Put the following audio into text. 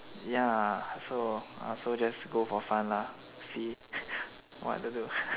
ya so ah so just go for fun lah see what to do